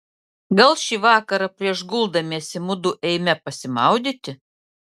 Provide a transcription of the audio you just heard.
gal šį vakarą prieš guldamiesi mudu eime pasimaudyti